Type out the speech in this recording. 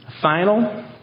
final